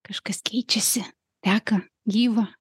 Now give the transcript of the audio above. kažkas keičiasi teka gyva